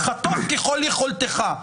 חטוף ככל יכולתך.